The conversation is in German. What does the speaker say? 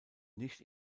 nicht